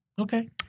Okay